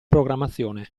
programmazione